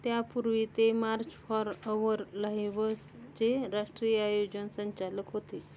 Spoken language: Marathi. त्यापूर्वी ते मार्च फॉर अवर लाईव्हसचे राष्ट्रीय आयोजन संचालक होते